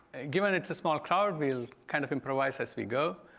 given it's a small crowd, we'll kind of improvise us we go